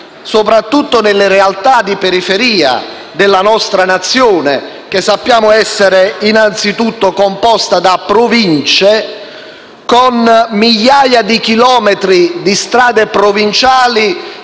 soprattutto nelle realtà di periferia della nostra Nazione, che sappiamo essere innanzitutto composta da Province, con migliaia di chilometri di strade provinciali